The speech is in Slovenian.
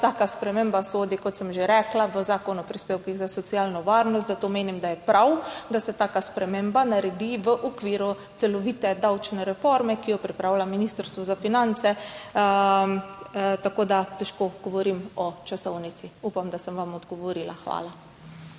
taka sprememba sodi, kot sem že rekla, v Zakon o prispevkih za socialno varnost. Zato menim, da je prav, da se taka sprememba naredi v okviru celovite davčne reforme, ki jo pripravlja Ministrstvo za finance. Tako da težko govorim o časovnici. Upam, da sem vam odgovorila. Hvala.